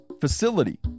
facility